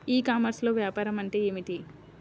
ఈ కామర్స్లో వ్యాపారం అంటే ఏమిటి?